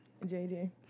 JJ